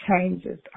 changes